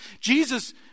Jesus